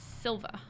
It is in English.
Silva